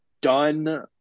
done